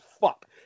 fuck